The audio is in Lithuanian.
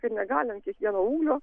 kad negali ant kiekvieno ūglio